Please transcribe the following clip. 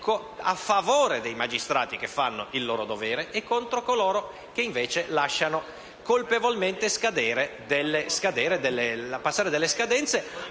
a favore dei magistrati che fanno il loro dovere e contro coloro che invece lasciano colpevolmente scadere dei